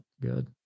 Good